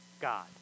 God